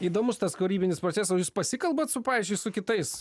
įdomus tas kūrybinis procesa o jūs pasikalbat su pavyzdžiui su kitais